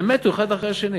הם מתו אחד אחרי השני.